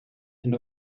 and